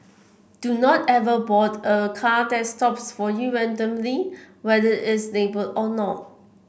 do not ever board a car that stops for you randomly whether it's labelled or not